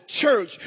church